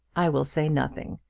i will say nothing.